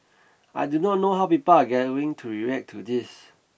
I do not know how people are to react to this